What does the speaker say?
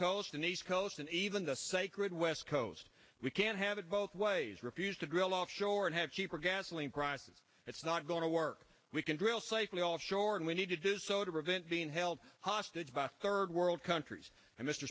coast and east coast and even the sacred west coast we can't have it both ways refuse to drill offshore and have cheaper gasoline prices it's not going to work we can drill safely offshore and we need to do so to prevent being held hostage by third world countries